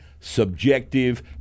subjective